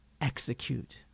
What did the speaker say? execute